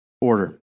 order